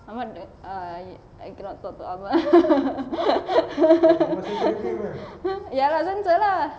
I want to I I cannot talk to our ya lah censor lah